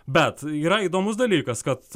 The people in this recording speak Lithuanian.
bet yra įdomus dalykas kad